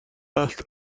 است